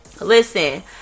Listen